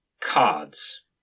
cards